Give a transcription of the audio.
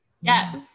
Yes